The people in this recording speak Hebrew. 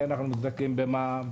כן אנחנו מזדכים במע"מ.